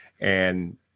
And-